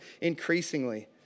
increasingly